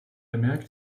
bemerkt